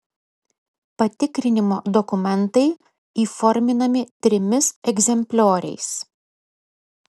patikrinimo dokumentai įforminami trimis egzemplioriais